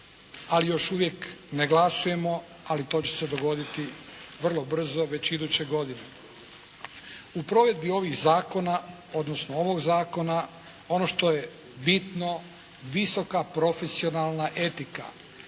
ali još uvijek ne glasujemo, ali to će se dogoditi vrlo brzo već iduće godine. U provedbi ovih zakona odnosno ovog Zakona ono što je bitno visoka profesionalna etika,